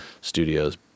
studios